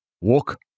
Walk